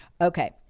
Okay